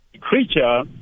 creature